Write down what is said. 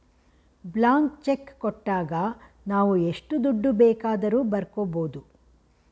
blank cheque ಕೊಟ್ಟಾಗ ನಾವು ಎಷ್ಟು ದುಡ್ಡು ಬೇಕಾದರೂ ಬರ್ಕೊ ಬೋದು